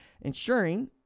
ensuring